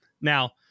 Now